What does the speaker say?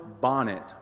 bonnet